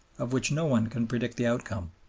of which no one can predict the outcome.